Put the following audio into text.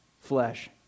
flesh